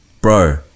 bro